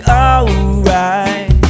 alright